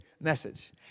message